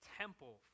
temple